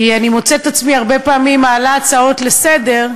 כי אני מוצאת את עצמי הרבה פעמים מעלה הצעות לסדר,